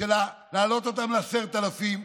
להעלות ל-10,000,